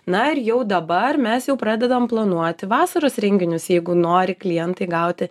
na ir jau dabar mes jau pradedam planuoti vasaros renginius jeigu nori klientai gauti